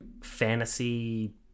fantasy